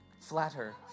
Flatter